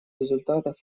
результатов